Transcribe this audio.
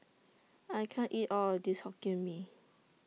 I can't eat All of This Hokkien Mee